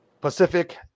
Pacific